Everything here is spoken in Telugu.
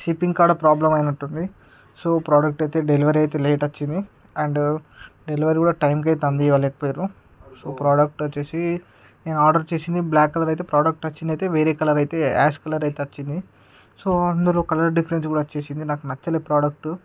షిప్పింగ్ కాడ ప్రాబ్లం అయినట్టుంది సో ప్రోడక్ట్ అయితే డెలివరీ అయితే లేట్ వచ్చింది అండ్ డెలివరీ కూడా టైంకి అయితే అందించలేక పోయిండ్రు సో ప్రోడక్ట్ వచ్చేసి నేను ఆర్డర్ చేసింది బ్లాక్ కలర్ అయితే వచ్చింది అయితే వేరే కలర్ అయితే యాష్ కలర్ అయితే వచ్చింది సో అందులో కలర్ డిఫరెన్స్ కూడా వచ్చేసింది నాకు నచ్చలేదు ప్రోడక్ట్